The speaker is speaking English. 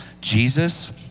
Jesus